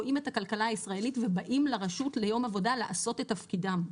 רואים את הכלכלה הישראלית ובאים לרשות ליום עבודה לעשות את תפקידם.